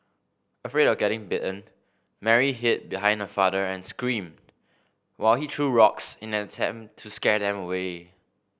afraid of getting bitten Mary hid behind her father and screamed while he threw rocks in an attempt to scare them away